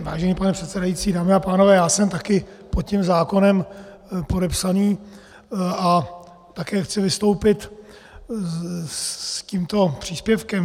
Vážený pane předsedající, dámy a pánové, já jsem taky pod tím zákonem podepsaný a také chci vystoupit s tímto příspěvkem.